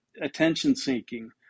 attention-seeking